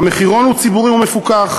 המחירון הוא ציבורי ומפוקח,